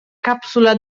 capsula